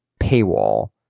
paywall